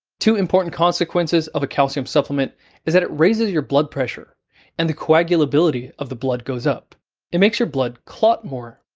two important consequences of a calcium supplement is that it raises your blood pressure and the coagulability of the blood goes up it makes your blood clot more.